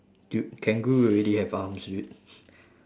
dude kangaroo already have arms dude